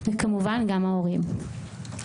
וכמובן גם ההורים.